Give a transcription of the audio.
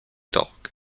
dog